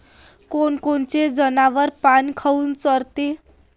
कोनकोनचे जनावरं पाना काऊन चोरते?